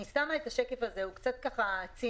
השקף הבא הוא קצת ציני,